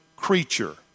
creature